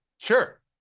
Sure